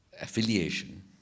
affiliation